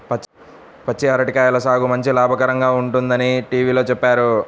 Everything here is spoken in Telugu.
పచ్చి అరటి కాయల సాగు మంచి లాభకరంగా ఉంటుందని టీవీలో చెప్పారు